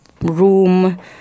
room